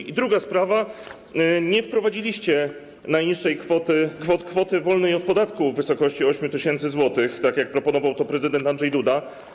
I druga sprawa, nie wprowadziliście najniższej kwoty, kwoty wolnej od podatku w wysokości 8 tys. zł, tak jak proponował to prezydent Andrzej Duda.